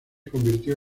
convirtió